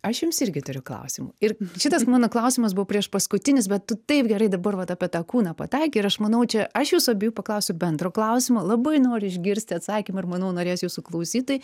aš jums irgi turiu klausimų ir šitas mano klausimas buvo priešpaskutinis bet tu taip gerai dabar vat apie tą kūną pataikei ir aš manau čia aš jūsų abiejų paklausiu bendro klausimo labai noriu išgirsti atsakymą ir manau norės jūsų klausytojai